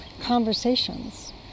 conversations